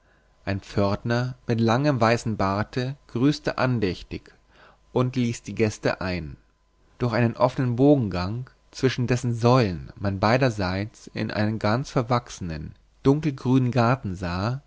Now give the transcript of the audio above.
ein pförtner mit langem weißen barte grüßte andächtig und ließ die gäste ein durch einen offenen bogengang zwischen dessen säulen man beiderseits in einen ganz verwachsenen dunkelgrünen garten sah